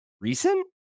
recent